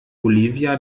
olivia